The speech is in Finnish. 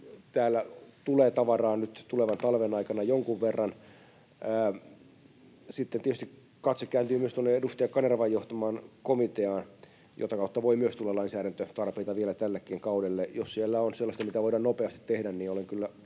Täällä tulee tavaraa nyt tulevan talven aikana jonkun verran. Sitten tietysti katse kääntyy myös edustaja Kanervan johtamaan komiteaan, jota kautta voi myös tulla lainsäädäntötarpeita vielä tällekin kaudelle. Jos siellä on sellaista, mitä voidaan nopeasti tehdä, niin olen kyllä